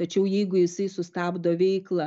tačiau jeigu jisai sustabdo veiklą